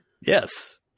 Yes